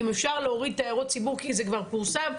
עם אפשר להוריד את הערות הציבור כי זה כבר פורסם,